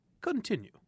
Continue